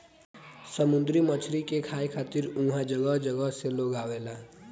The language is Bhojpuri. समुंदरी मछरी के खाए खातिर उहाँ जगह जगह से लोग आवेला